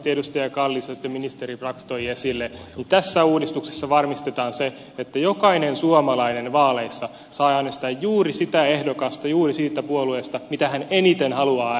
kallis ja sitten ministeri brax toivat esille niin tässä uudistuksessa varmistetaan se että jokainen suomalainen vaaleissa saa äänestää juuri sitä ehdokasta juuri siitä puolueesta mitä hän eniten haluaa äänestää